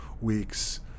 weeks